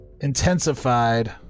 intensified